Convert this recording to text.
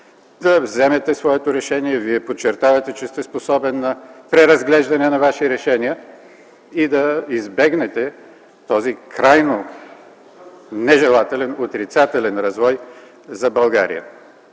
да вземете своето решение (Вие подчертавате, че сте способен на преразглеждане на Ваши решения) и да избегнете този крайно нежелателен, отрицателен развой за България.